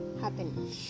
happen